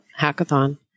Hackathon